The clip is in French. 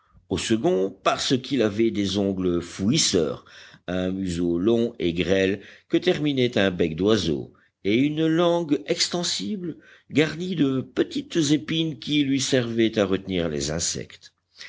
au second parce qu'il avait des ongles fouisseurs un museau long et grêle que terminait un bec d'oiseau et une langue extensible garnie de petites épines qui lui servaient à retenir les insectes